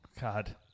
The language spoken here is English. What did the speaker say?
God